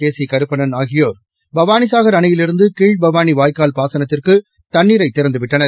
கேசி கருப்பண்ணன் ஆகியோர் பவானிசாகர் அணையிலிருந்து கீழ்பவானி வாய்க்கால் பாசனத்திற்கு தண்ணீரை திறந்து விட்டனர்